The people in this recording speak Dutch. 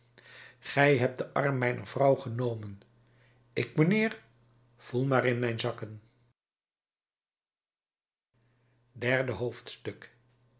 gij hebt den arm mijner vrouw genomen ik mijnheer voel maar in mijn zakken derde hoofdstuk